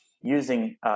using –